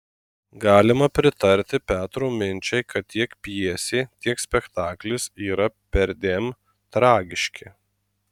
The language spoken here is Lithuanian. galima pritarti petro minčiai kad tiek pjesė tiek spektaklis yra perdėm tragiški